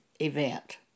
event